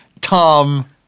Tom